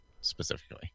specifically